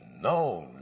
No